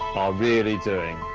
are really doing.